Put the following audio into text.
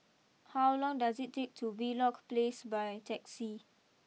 how long does it take to Wheelock place by taxi